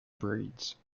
breeds